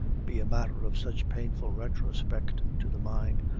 be a matter of such painful retrospect to the mind,